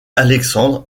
alexandre